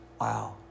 Wow